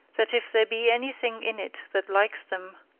that if there be anything in it that likes them,